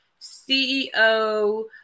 CEO